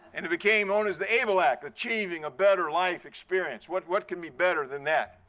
and it became known as the able act, achieving a better life experience. what what can be better than that.